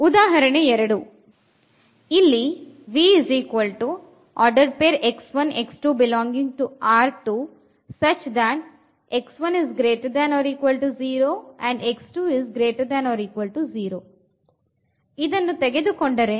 ಉದಾಹರಣೆ ೨ ಇಲ್ಲಿ ಅನ್ನು ತೆಗೆದುಕೊಂಡರೆ